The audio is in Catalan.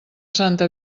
santa